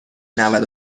نود